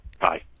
Bye